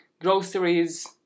groceries